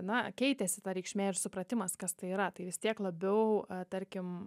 na keitėsi ta reikšmė ir supratimas kas tai yra tai vis tiek labiau tarkim